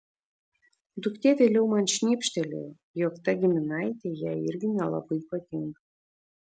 duktė vėliau man šnibžtelėjo jog ta giminaitė jai irgi nelabai patinka